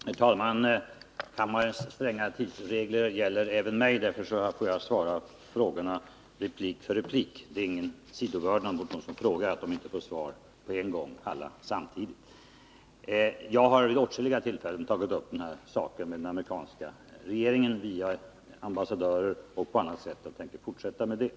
Herr talman! Kammarens stränga tidsregler gäller även mig. Därför får jag besvara frågorna replik för replik. Det är ingen sidovördnad mot dem som frågar att de inte får alla svaren samtidigt. Jag har vid åtskilliga tillfällen tagit upp den här saken med den amerikanska regeringen via ambassadörer och på annat sätt. Jag tänker fortsätta med det.